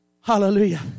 Hallelujah